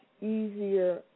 easier